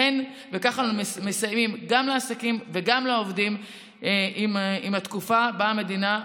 וככה מסייעים גם לעסקים וגם לעובדים עם התקופה שבה המדינה,